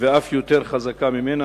ואף יותר חזקה ממנה.